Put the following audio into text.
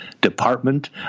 department